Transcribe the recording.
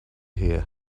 here